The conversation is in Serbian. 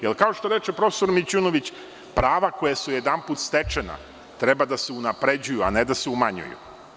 Jer, kao što reče profesor Mićunović, prava koja su jedanput stečena, treba da se unapređuju, a ne da se umanjuju.